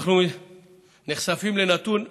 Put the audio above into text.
אנחנו נחשפים לנתון כמעט,